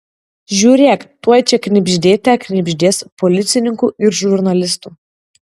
žiūrėk tuoj čia knibždėte knibždės policininkų ir žurnalistų